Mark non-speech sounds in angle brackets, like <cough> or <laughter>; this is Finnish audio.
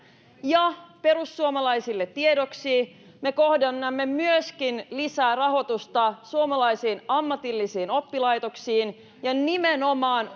ja perussuomalaisille tiedoksi me kohdennamme lisää rahoitusta myöskin suomalaisiin ammatillisiin oppilaitoksiin ja nimenomaan <unintelligible>